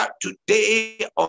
today